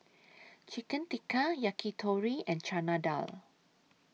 Chicken Tikka Yakitori and Chana Dal